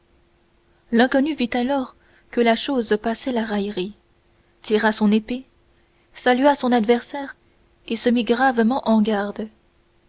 l'inconnu vit alors que la chose passait la raillerie tira son épée salua son adversaire et se mit gravement en garde